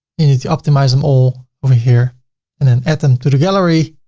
you need to optimize them all over here and then add them to the gallery.